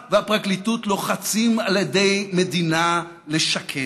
שהמשטרה והפרקליטות לוחצים על עדי מדינה לשקר.